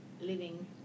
living